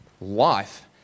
life